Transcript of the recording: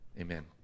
Amen